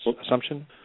assumption